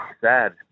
sad